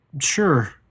Sure